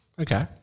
Okay